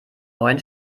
neuen